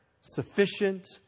sufficient